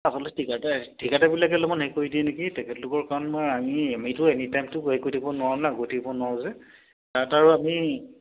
আচলতে ঠিকাদাৰ ঠিকাদাৰবিলাকে অলপমান হেৰি কৰি দিয়ে নেকি তেখেতলোকৰ কাৰণ মই আমি আমিতো এনিটাইমটো হেৰি কৰি দিব নোৱাৰোঁ ন গৈ থাকিব নোৱাৰোঁ যে তাত আৰু আমি